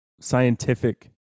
scientific